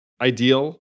ideal